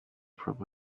from